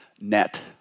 net